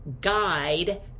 guide